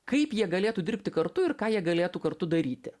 kaip jie galėtų dirbti kartu ir ką jie galėtų kartu daryti